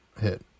hit